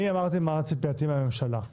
אני אמרתי מה ציפייתי מהממשלה.